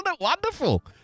wonderful